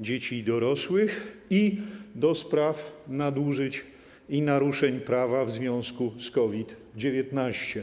dzieci i dorosłych i do spraw nadużyć i naruszeń prawa w związku z COVID-19.